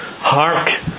Hark